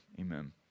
amen